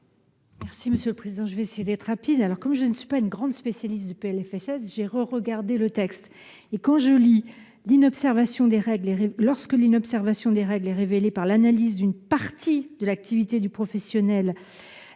Merci monsieur le Président, je vais essayer d'être rapide, alors comme je ne suis pas une grande spécialiste du PLFSS j'ai reregardé le texte et quand je lis l'inobservation des règles et lorsque l'inobservation des règles et révélé par l'analyse d'une partie de l'activité du professionnel